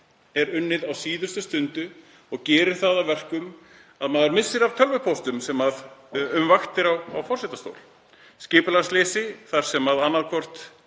er unnið á síðustu stundu sem gerir það að verkum að maður missir af tölvupóstum um vaktir á forsetastól. Skipulagsleysi sem annaðhvort